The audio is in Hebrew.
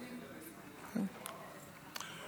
בבקשה.